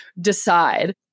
Decide